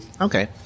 okay